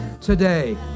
today